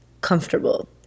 comfortable